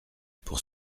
pour